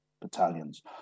battalions